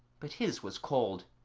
but his was cold.